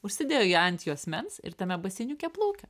užsidėjo ją ant juosmens ir tame baseiniuke plaukia